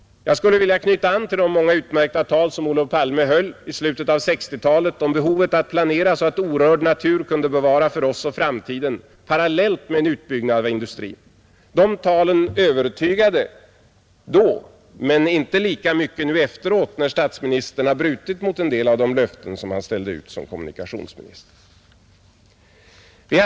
Jag skulle kunna knyta an till de många utmärkta tal som Olof Palme höll i slutet av 1960-talet om behovet av att planera så, att orörd natur kunde bevaras för framtiden parallellt med en utbyggnad av industrin, De talen övertygade då men inte lika mycket nu efteråt, när statsministern har brutit mot en hel del av de löften som han ställde ut som kommunikationsminister.